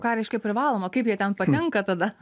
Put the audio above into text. ką reiškia privaloma kaip jie ten patenka tada